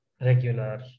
regular